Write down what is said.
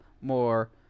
more